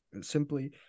Simply